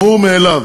ברור מאליו